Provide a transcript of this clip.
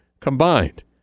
Combined